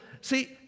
see